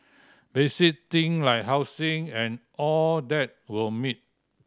basic thing like housing and all that were meet